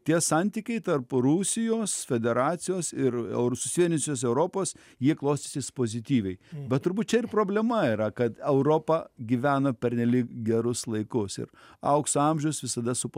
tie santykiai tarp rusijos federacijos ir eu susivienijusios europos jie klostysis pozityviai bet turbūt čia ir problema yra kad europa gyvena pernelyg gerus laikus ir aukso amžius visada su